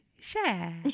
share